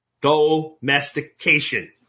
Domestication